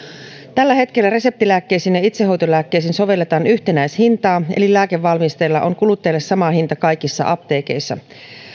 tällä hetkellä reseptilääkkeisiin ja itsehoitolääkkeisiin sovelletaan yhtenäishintaa eli lääkevalmisteella on kuluttajalle sama hinta kaikissa apteekeissa